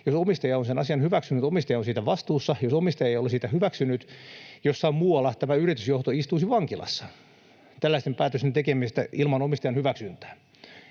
Jos omistaja on sen asian hyväksynyt, omistaja on siitä vastuussa. Jos omistaja ei ole sitä hyväksynyt, jossain muualla tämä yritysjohto istuisi vankilassa tällaisten päätösten tekemisestä ilman omistajan hyväksyntää.